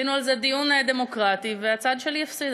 עשינו על זה דיון דמוקרטי, והצד שלי הפסיד.